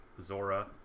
Zora